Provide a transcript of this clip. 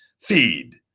feed